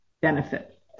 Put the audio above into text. benefit